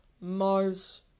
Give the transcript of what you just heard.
Mars